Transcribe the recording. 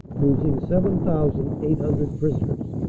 los ing seven thousand eight hundred prisoners.